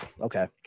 Okay